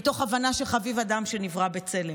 מתוך הבנה שחביב אדם שנברא בצלם.